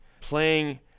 playing